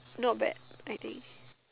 not bad I think